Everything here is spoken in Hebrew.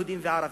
יהודים וערבים,